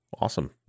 Awesome